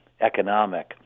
economic